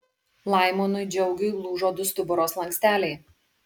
laimonui džiaugiui lūžo du stuburo slanksteliai